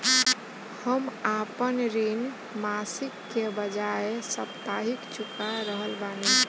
हम आपन ऋण मासिक के बजाय साप्ताहिक चुका रहल बानी